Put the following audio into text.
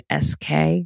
SK